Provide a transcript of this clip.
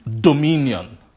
dominion